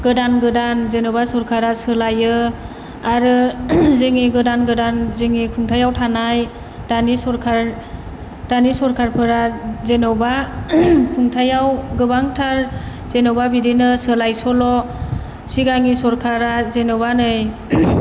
गोदान गोदान जेन'बा सरखारा सोलायो आरो जोंनि गोदान गोदान जोंनि खुंथायाव थानाय दानि सरखार दानि सरखारफोरा जेन'बा खुंथायाव गोबांथार जेन'बा बिदिनो सोलाय सोल' सिगांनि सरखारा जेन'बा नै